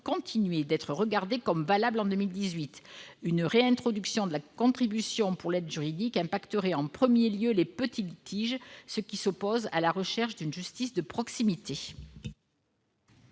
continuer d'être regardé comme tel en 2018 : une réintroduction de la contribution pour l'aide juridique aurait des effets en premier lieu sur les petits litiges, ce qui s'oppose à la recherche d'une justice de proximité.